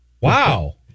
wow